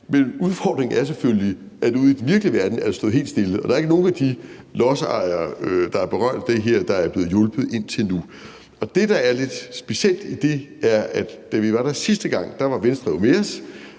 men udfordringen er selvfølgelig, at ude i den virkelige verden har det stået helt stille. Der er ikke nogen af de lodsejere, der er berørt af det her, der er blevet hjulpet indtil nu. Det, der er lidt specielt ved det, er, at da vi var der sidste gang, var Venstre jo med